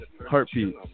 heartbeat